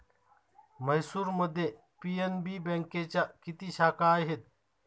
म्हैसूरमध्ये पी.एन.बी बँकेच्या किती शाखा आहेत?